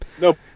Nope